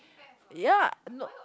ya no